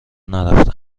نرفته